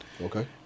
Okay